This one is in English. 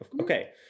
okay